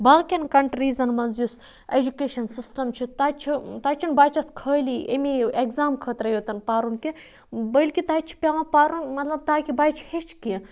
باقین کَنٹریٖزَن منٛز یُس ایجوکیشَن سِسٹم چھُ تتہِ چھُ تَتہِ چھُنہٕ بَچس خٲلی اَمی ایگزام خٲطرَے یوتن پَرُن کیٚنہہ بٔلکہِ تَتہِ چھُ پیٚوان پَرُن مطلب تاکہِ بَچہِ ہٮ۪چھِ کیٚنہہ